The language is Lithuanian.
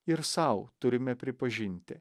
ir sau turime pripažinti